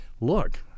look